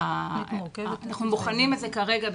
אנחנו בוחנים את זה כרגע,